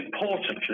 importantly